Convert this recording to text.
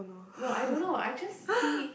no I don't know I just see